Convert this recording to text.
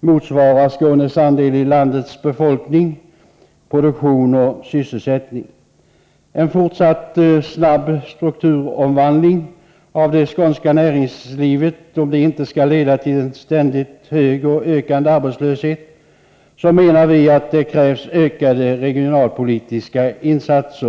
motsvarar Skånes andel av landets befolkning, produktion och sysselsättning. Om en fortsatt snabb strukturomvandling av det skånska näringslivet inte skall leda till ständigt hög och ökande arbetslöshet, menar vi att det krävs ökade regionalpolitiska insatser.